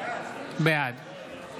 בעד